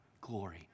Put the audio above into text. glory